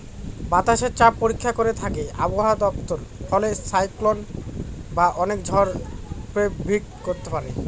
বাতাসের চাপ পরীক্ষা করে থাকে আবহাওয়া দপ্তর ফলে সাইক্লন বা অনেক ঝড় প্রেডিক্ট করতে পারে